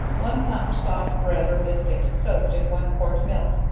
one pound soft bread or biscuit soaked in one quart milk,